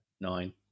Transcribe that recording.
Nine